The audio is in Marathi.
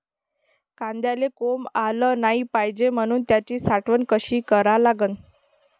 कांद्याले कोंब आलं नाई पायजे म्हनून त्याची साठवन कशी करा लागन?